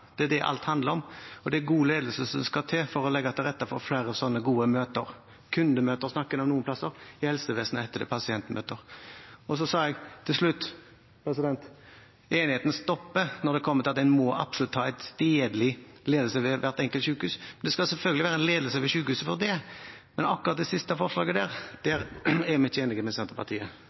Det er det alt handler om, og det er god ledelse som skal til for å legge til rette for flere slike gode møter – kundemøter snakker de om noen steder, i helsevesenet heter det pasientmøter. Til slutt: Så sa jeg at enigheten stopper når det kommer til at en absolutt må ha en stedlig ledelse ved hvert enkelt sykehus. Det skal selvfølgelig være en ledelse ved sykehuset likevel, men når det gjelder akkurat det siste forslaget der, er vi ikke enige med Senterpartiet.